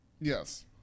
Yes